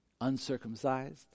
Uncircumcised